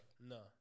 No